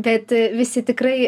bet visi tikrai